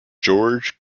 george